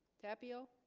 tapio